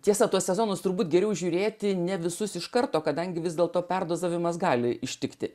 tiesa tuos sezonus turbūt geriau žiūrėti ne visus iš karto kadangi vis dėlto perdozavimas gali ištikti